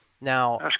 Now